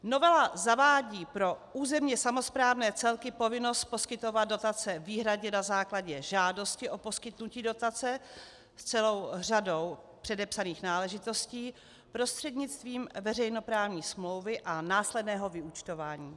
Novela zavádí pro územně samosprávné celky povinnost poskytovat dotace výhradně na základě žádosti o poskytnutí dotace s celou řadou předepsaných náležitostí prostřednictvím veřejnoprávní smlouvy a následného vyúčtování.